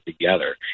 together